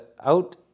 out